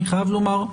אני חייב לומר,